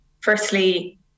firstly